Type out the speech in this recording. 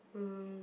um